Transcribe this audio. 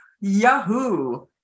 Yahoo